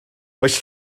oes